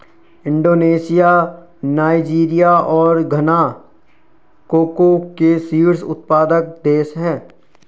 Indonesia Nigeria और Ghana cocoa के शीर्ष उत्पादक देश हैं